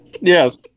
yes